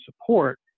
support